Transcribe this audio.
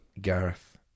Gareth